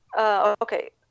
Okay